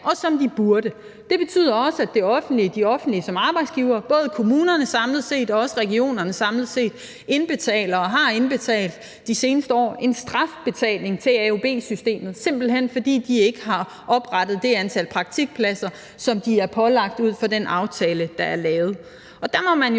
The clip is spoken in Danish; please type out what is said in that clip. og som de burde. Det betyder også, at det offentlige, de offentlige arbejdsgivere, både kommunerne samlet set og også regionerne samlet set, de seneste år indbetaler og har indbetalt en strafbetaling til AUB-systemet, simpelt hen fordi de ikke har oprettet det antal praktikpladser, som de er pålagt ud fra den aftale, der er lavet. Der må man jo